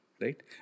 right